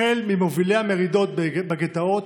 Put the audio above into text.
החל בהובלת המרידות בגטאות,